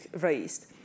raised